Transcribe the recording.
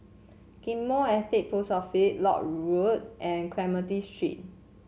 Ghim Moh Estate Post Office Lock Road and Clementi Street